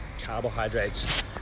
carbohydrates